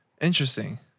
Interesting